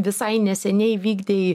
visai neseniai vykdei